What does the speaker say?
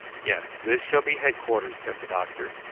yes this shall be headquarters, said the doctor.